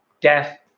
death